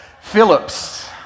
Phillips